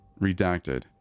Redacted